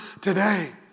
today